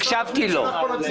הקשבתי לו.